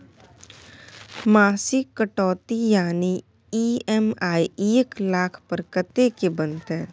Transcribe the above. मासिक कटौती यानी ई.एम.आई एक लाख पर कत्ते के बनते?